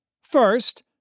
First